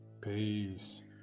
Peace